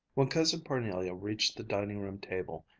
when cousin parnelia reached the dining-room table,